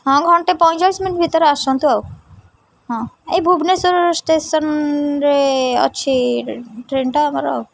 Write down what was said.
ହଁ ଘଣ୍ଟେ ପଇଁଚାଳିଶ ମିନିଟ୍ ଭିତରେ ଆସନ୍ତୁ ଆଉ ହଁ ଏଇ ଭୁବନେଶ୍ୱର ଷ୍ଟେସନ୍ରେ ଅଛି ଟ୍ରେନ୍ଟା ଆମର ଆଉ